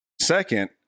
Second